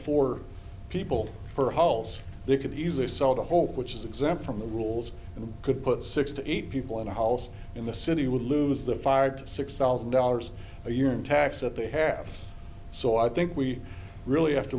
four people for hols they could easily sell to hope which is exempt from the rules and could put six to eight people in a house in the city would lose the fired six thousand dollars a year in tax that they have so i think we really have to